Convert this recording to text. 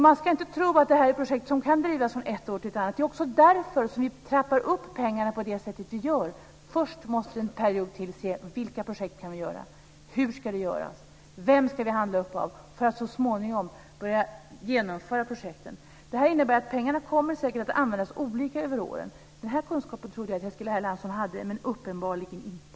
Man ska inte tro att det här är projekt som kan drivas från ett år till ett annat. Det är också därför som vi trappar upp pengarna på det sätt som vi gör. Först måste vi under en period se vilka projekt vi kan genomföra, hur det ska göras och av vem vi ska upphandla. Så småningom kan man börja genomföra projekten. Det här innebär att pengarna säkert kommer att användas olika över åren. Jag trodde att Eskil Erlandsson hade den här kunskapen, men så är det uppenbarligen inte.